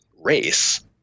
race